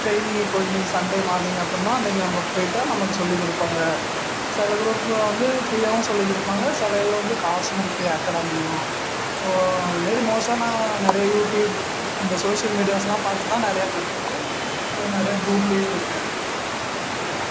training இப்போது இன்னைக்கு Sunday morning அப்புடின்னா அன்னைக்கு நம்ம போய்விட்டா நமக்கு சொல்லிக் கொடுப்பாங்க சில குரூப்பில் வந்து ஃப்ரீயாகவும் சொல்லிக் கொடுப்பாங்க சில இதில் வந்து காசும் இருக்குது அகாடமியும் ஸோ அது மாரி மோஸ்ட்டாக நான் நிறையா யூடியூப் இந்த சோஷியல் மீடியாஸுலாம் பார்த்து தான் நிறையா கற்றுக்கிட்டு இது மாதிரி நிறையா குரூப்லேயும் இருக்கேன் ஸோ அப்படி தான்